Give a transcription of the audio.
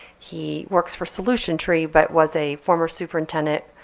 he works for solution tree, but was a former superintendent,